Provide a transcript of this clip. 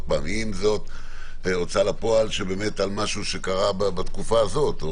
אם זו הוצאה לפועל באמת על משהו שקרה בתקופה הזאת.